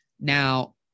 now